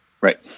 Right